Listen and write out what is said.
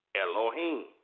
Elohim